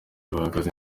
bahagaze